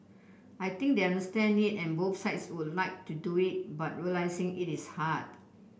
I think they understand it and both sides would like to do it but realising it is hard